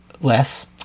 less